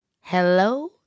Hello